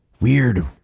Weird